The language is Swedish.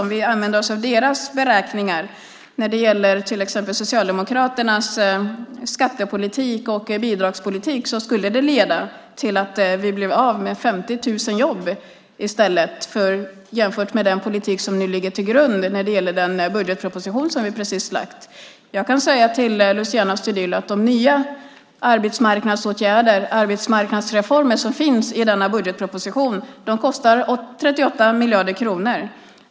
Om vi använder oss av deras beräkningar till exempel när det gäller Socialdemokraternas skattepolitik och bidragspolitik skulle vi bli av med 50 000 jobb - då jämfört med den politik som nu ligger till grund för den budgetproposition som vi precis har lagt fram. Jag kan säga, Luciano Astudillo, att de nya arbetsmarknadsåtgärder, arbetsmarknadsreformer, som finns i denna budgetproposition kostar 38 miljarder kronor.